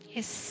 Yes